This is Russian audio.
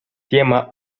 тема